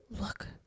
look